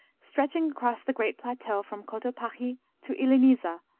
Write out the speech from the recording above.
stretching across the great plateau from cotopaxi to iliniza,